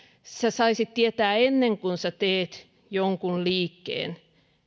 saisit tietää ennen kuin teet jonkun liikkeen